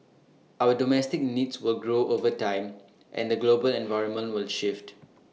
our domestic needs will grow over time and the global environment will shift